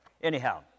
Anyhow